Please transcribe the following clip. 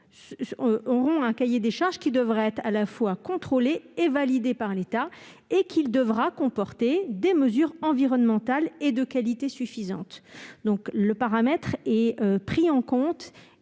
auront un cahier des charges qui devra être contrôlé et validé par l'État et qu'il devra comporter des mesures environnementales et de qualité suffisantes. Les paramètres de qualité